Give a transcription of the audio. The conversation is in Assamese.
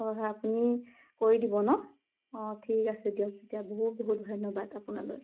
হয় হয় আপুনি কৰি দিব ন অঁ ঠিক আছে দিয়ক তেতিয়া বহুত বহুত ধন্যবাদ আপোনালৈ